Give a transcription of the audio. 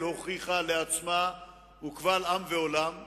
אותה הצעת חוק אומללה שעתידה לפגוע גם באותם 5%